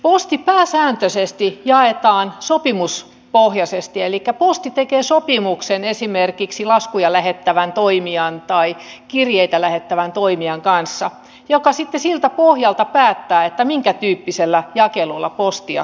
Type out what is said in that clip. posti pääsääntöisesti jaetaan sopimuspohjaisesti elikkä posti tekee sopimuksen esimerkiksi laskuja tai kirjeitä lähettävän toimijan kanssa joka sitten siltä pohjalta päättää minkätyyppisellä jakelulla postia toimitetaan